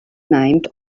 named